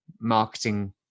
marketing